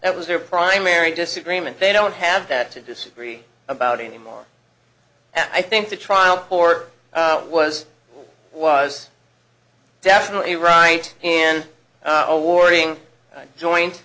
that was their primary disagreement they don't have that to disagree about anymore and i think the trial court was was definitely right and awarding joint